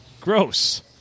Gross